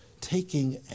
taking